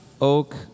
oak